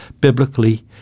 biblically